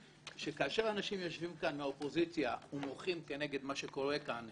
שכאשר אנשים מהאופוזיציה יושבים כאן ומוחים נגד מה שקורה כאן,